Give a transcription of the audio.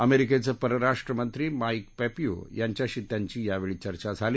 अमेरिकेचे परराष्ट्र मंत्री माईक पॉंपिओ यांच्याशी त्यांची यावेळी चर्चा झाली